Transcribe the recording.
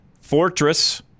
Fortress